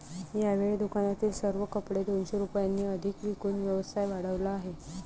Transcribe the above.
यावेळी दुकानातील सर्व कपडे दोनशे रुपयांनी अधिक विकून व्यवसाय वाढवला आहे